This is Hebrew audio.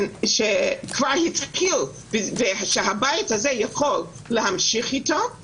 שכבר התחיל והבית הזה יכול להמשיך אותו,